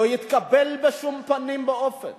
לא יתקבל בשום פנים ואופן